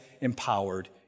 empowered